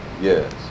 Yes